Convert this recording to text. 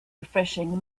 refreshing